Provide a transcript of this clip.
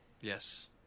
yes